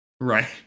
Right